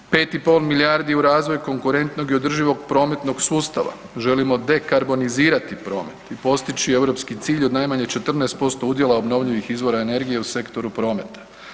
5,5 milijardi u razvoj konkretnog i održivog prometnog sustava, želimo dekarbonizirati promet i postići europski cilj od najmanje 15% udjela obnovljivih izvora energije u sektoru prometa.